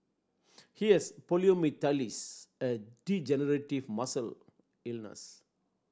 he has poliomyelitis a degenerative muscle illness